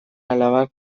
alabak